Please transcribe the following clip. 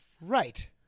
Right